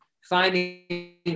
finding